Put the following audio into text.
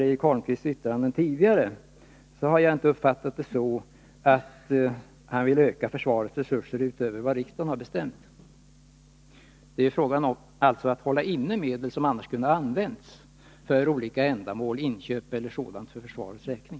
Eric Holmqvists yttranden i tidigare sammanhang har jag inte uppfattat så att han vill öka försvarets resurser utöver vad riksdagen har bestämt. Det är alltså fråga om att hålla inne medel som annars skulle ha använts för olika ändamål, t.ex. inköp för försvarets räkning.